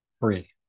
free